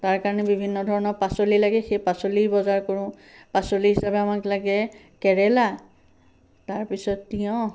তাৰ কাৰণে বিভিন্ন পাচলি লাগে সেই পাচলি বজাৰ কৰোঁ পাঁচলি হিচাপে আমাক লাগে কেৰেলা তাৰপাছত তিঁয়হ